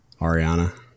Ariana